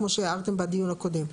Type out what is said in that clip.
כמו שהערתם בדיון הקודם.